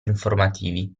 informativi